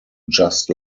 just